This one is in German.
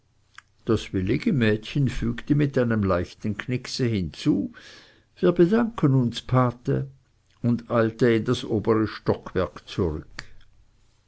das willige mädchen fügte mit einem leichten knickse hinzu wir bedanken uns pate und eilte in das obere stockwerk zurück